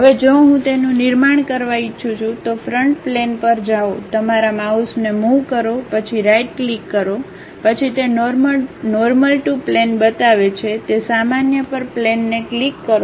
હવે જો હું તેનું નિર્માણ કરવા ઈચ્છું છું તો ફ્રન્ટ પ્લેન પર જાઓ તમારા માઉસને મુવ કરો પછી રાઈટ ક્લિક કરો પછી તે નોર્મલ ટુ પ્લેન બતાવે છે તે સામાન્ય પર પ્લેનને ક્લિક કરો